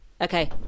Okay